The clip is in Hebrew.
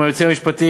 עם היועצים המשפטיים,